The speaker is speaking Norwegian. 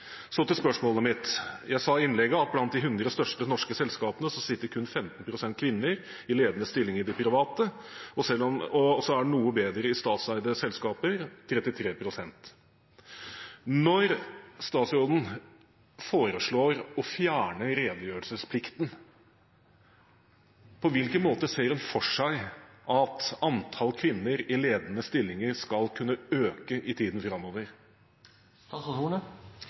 Så til spørsmålet mitt. Jeg sa i innlegget at i de 100 største norske selskapene sitter kun 15 pst. kvinner i ledende stillinger i det private næringslivet. Det er noe bedre i statseide selskaper – 33 pst. Når statsråden foreslår å fjerne redegjørelsesplikten, på hvilken måte ser hun for seg at antall kvinner i ledende stillinger skal kunne øke i tiden framover?